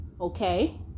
Okay